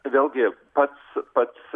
vėlgi pats pats